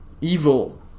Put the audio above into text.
Evil